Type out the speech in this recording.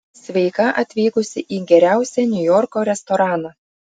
sveika atvykusi į geriausią niujorko restoraną